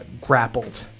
grappled